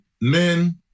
men